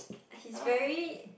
he's very